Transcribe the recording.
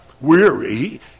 weary